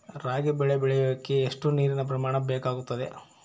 ರಾಗಿ ಬೆಳೆ ಬೆಳೆಯೋಕೆ ಎಷ್ಟು ನೇರಿನ ಪ್ರಮಾಣ ಬೇಕಾಗುತ್ತದೆ?